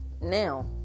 Now